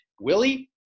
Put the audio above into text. Willie